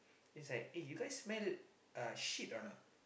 she's like eh you guys smell uh shit or not